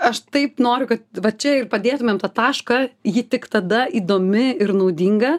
aš taip noriu kad va čia ir padėtumėm tašką ji tik tada įdomi ir naudinga